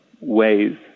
ways